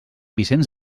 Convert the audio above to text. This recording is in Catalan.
vicenç